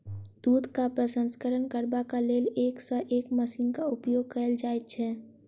दूधक प्रसंस्करण करबाक लेल एक सॅ एक मशीनक उपयोग कयल जाइत छै